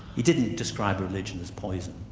he didn't describe religion as poison.